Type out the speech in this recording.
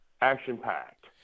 action-packed